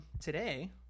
Today